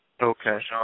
Okay